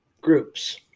groups